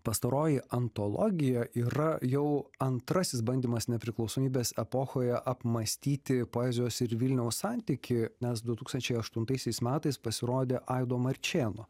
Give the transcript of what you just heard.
pastaroji antologija yra jau antrasis bandymas nepriklausomybės epochoje apmąstyti poezijos ir vilniaus santykį nes du tūkstančiai aštuntaisiais metais pasirodė aido marčėno